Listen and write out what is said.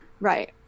Right